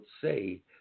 say